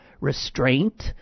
restraint